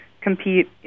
compete